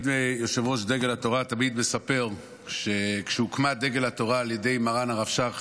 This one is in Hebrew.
יושב-ראש דגל התורה תמיד מספר שכשהוקמה דגל התורה על ידי מרן הרך שך,